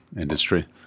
industry